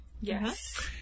Yes